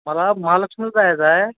मला महालक्ष्मीला जायचं आहे